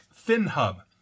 FinHub